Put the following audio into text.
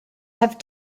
have